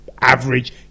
average